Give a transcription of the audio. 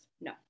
No